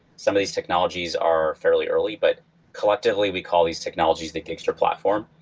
some of these technologies are fairly early. but collectively, we call these technologies that gigster platform,